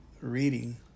reading